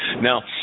Now